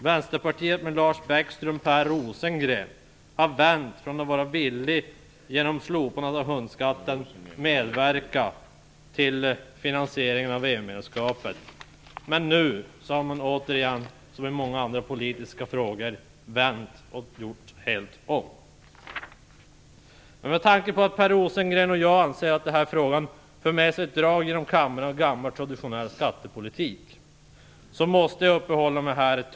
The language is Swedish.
Vänsterpartiet med Lars Bäckström och Per Rosengren har vänt från att ha varit villiga att genom slopandet av hundskatten medverka till finansieringen av EU-medlemskapet till att nu - precis som i många andra politiska frågor - göra helt om. Med tanke på att Per Rosengren och jag anser att frågan över kammaren för med sig ett drag av gammal traditionell skattepolitik måste jag en stund till uppehålla mig vid detta.